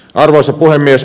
arvoisa puhemies